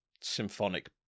symphonic